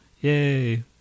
Yay